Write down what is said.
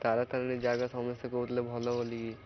ତାରାତାରିଣୀ ଜାଗା ସମସ୍ତେ କହୁଥିଲେ ଭଲ ବୋଲିକି